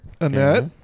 annette